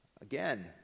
Again